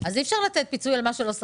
אי-אפשר לתת פיצוי על מה שלא סגרו.